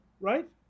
right